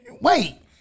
Wait